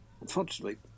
Unfortunately